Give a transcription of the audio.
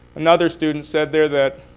another student said there that,